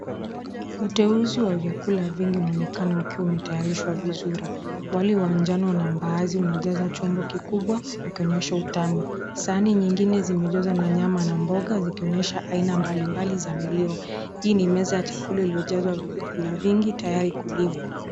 Uteuzi wa vyakula vingi vinaonekana vimetayarishwa vizuri.,wali wa njano na mbaazi unajaza chombo kikubwa ukionesha utamu. Sahani nyingine zimejazwa na nyama na mboga, zikionesha aina mbali mbali za milo, hii ni meza ya chakula iliyojaza vyakula vingi tayari kuliwa.